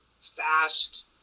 fast